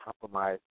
compromise